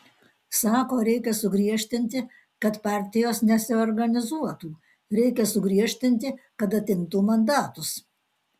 sako reikia sugriežtinti kad partijos nesiorganizuotų reikia sugriežtinti kad atimtų mandatus